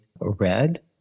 red